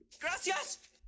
Gracias